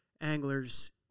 anglers